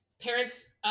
parents